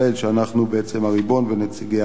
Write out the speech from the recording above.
שאנחנו בעצם הריבון ונציגי העם.